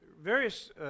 various